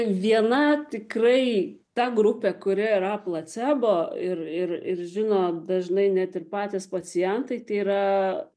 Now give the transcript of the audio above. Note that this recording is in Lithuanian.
viena tikrai ta grupė kuri yra placebo ir ir ir žino dažnai net ir patys pacientai tai yra